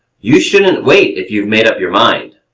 you shouldn't wait if you've made up your mind.